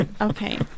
Okay